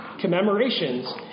commemorations